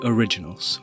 Originals